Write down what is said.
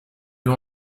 you